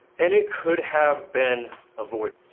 and it could have been avoided.